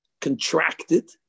contracted